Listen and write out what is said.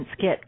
get